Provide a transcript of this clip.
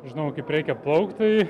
žinojau kaip reikia plaukt tai